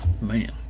man